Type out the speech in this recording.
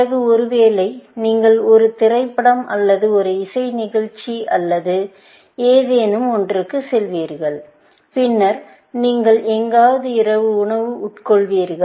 பிறகுஒருவேளை நீங்கள் ஒரு திரைப்படம் அல்லது ஒரு இசை நிகழ்ச்சி அல்லது ஏதேனும் ஒன்றுக்கு செல்வீர்கள் பின்னர் நீங்கள் எங்காவது இரவு உணவு உட்கொள்வீர்கள்